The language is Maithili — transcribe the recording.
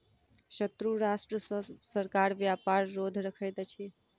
शत्रु राष्ट्र सॅ सरकार व्यापार रोध रखैत अछि